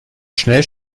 schnell